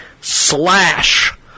slash